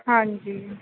ਹਾਂਜੀ